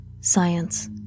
science